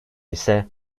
ise